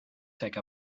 take